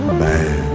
man